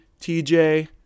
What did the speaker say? TJ